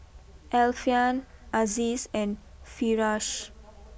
Alfian Aziz and Firash